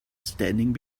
standing